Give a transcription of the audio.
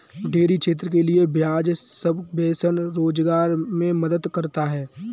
dairy क्षेत्र के लिये ब्याज सबवेंशन रोजगार मे मदद करता है